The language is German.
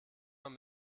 man